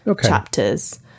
chapters